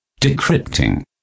Decrypting